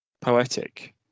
poetic